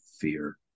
fear